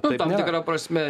nu tam tikra prasme